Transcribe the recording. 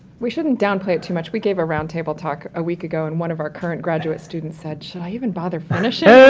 we shouldn't downplay it too much we gave a round table talk a week ago, and one of our current graduate students said should i even bother finishing?